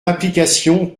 application